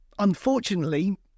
Unfortunately